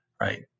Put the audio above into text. right